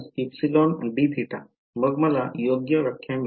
−εdθमग मला योग्य व्याख्या मिळेल